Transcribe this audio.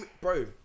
bro